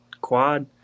quad